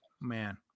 man